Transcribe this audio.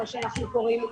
כפי שאנחנו קוראים להם,